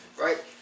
right